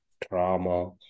trauma